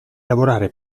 lavorare